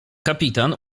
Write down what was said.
kapitan